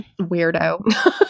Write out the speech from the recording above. Weirdo